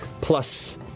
plus